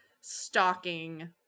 stalking